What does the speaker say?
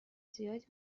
زیادی